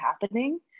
happening